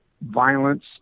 violence